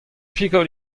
pikol